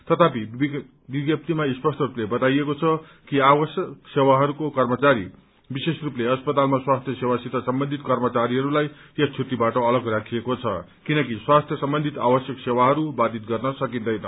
तथापि विज्ञप्ती स्पष्ट रूपले बताइएको छ कि आवश्यक सेवाहरूको कर्मचारी विशेषरूपले अस्पतालमा स्वास्थ्य सेवासित सम्बन्धित कर्मचारीहरूलाई यस छुट्टीबाट अलग राखिएको छ किनकि स्वास्थ्य सम्बन्धित आवश्यक सेवाहरू बाधित गर्न सकिन्दैन